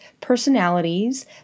personalities